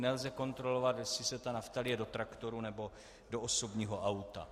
Nelze kontrolovat, jestli se ta nafta lije do traktoru, nebo do osobního auta.